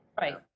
Right